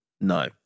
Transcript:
no